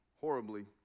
horribly